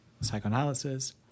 psychoanalysis